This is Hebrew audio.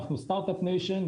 אנחנו סטארט אפ ניישן,